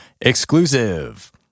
exclusive